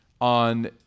on